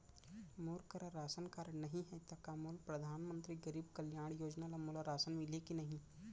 मोर करा ration card नहीं है त का मोल परधानमंतरी गरीब कल्याण योजना ल मोला राशन मिलही कि नहीं?